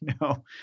No